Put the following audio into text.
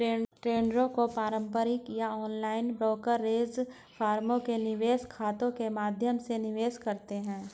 ट्रेडों को पारंपरिक या ऑनलाइन ब्रोकरेज फर्मों के निवेश खातों के माध्यम से निवेश करते है